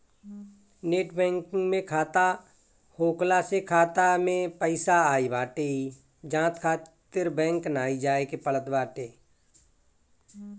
net banking में खाता होखला से खाता में पईसा आई बाटे इ जांचे खातिर बैंक नाइ जाए के पड़त बाटे